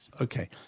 Okay